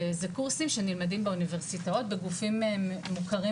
זה קורסים שנלמדים באוניברסיטאות, בגופים מוכרים